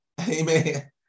Amen